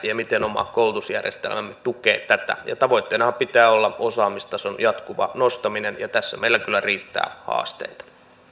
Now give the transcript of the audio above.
ja miten oma koulutusjärjestelmämme tukee tätä tavoitteenahan pitää olla osaamistason jatkuva nostaminen ja tässä meillä kyllä riittää haasteita